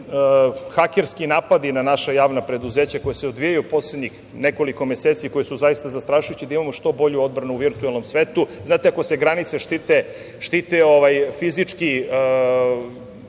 hakerski napadi na naša javna preduzeća, koja se odvijaju poslednjih nekoliko meseci, koja su zaista zastrašujuća, da imamo što bolju obmanu u virtuelnom svetu. Znate, ako se granice štite fizički